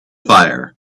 fire